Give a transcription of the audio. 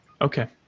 Okay